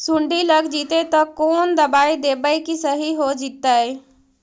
सुंडी लग जितै त कोन दबाइ देबै कि सही हो जितै?